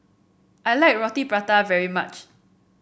I like Roti Prata very much